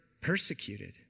persecuted